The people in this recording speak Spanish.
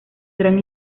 gran